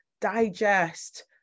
digest